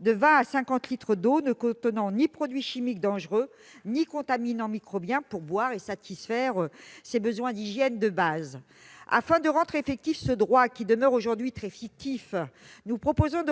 de 20 à 50 litres d'eau ne contenant ni produits chimiques dangereux ni contaminants microbiens pour boire et satisfaire ses besoins d'hygiène de base. Afin de rendre effectif ce droit, qui demeure aujourd'hui largement fictif, nous proposons de